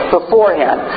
Beforehand